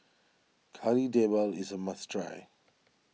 Kari Debal is a must try